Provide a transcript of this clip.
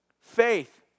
faith